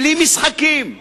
בלי משחקים,